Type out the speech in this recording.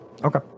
Okay